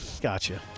Gotcha